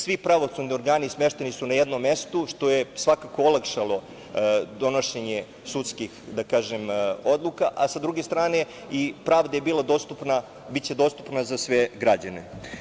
Svi pravosudni organi smešteni su na jednom mestu, što je svakako olakšalo donošenje sudskih odluka, a sa druge strane, pravda je bila dostupna, biće dostupna za sve građane.